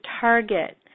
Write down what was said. target